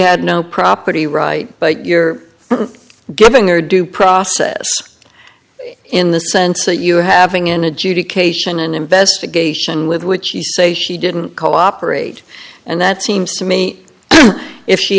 had no property right but you're giving their due process in the sense that you having an adjudication an investigation with which she say she didn't cooperate and that seems to me if she